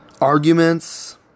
arguments